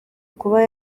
kuba